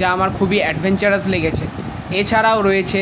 যা আমার খুবই অ্যাডভেঞ্চারাস লেগেছে এছাড়াও রয়েছে